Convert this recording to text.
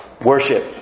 worship